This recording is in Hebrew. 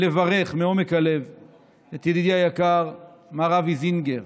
לברך מעומק הלב את ידידי היקר מר אבי זינגר,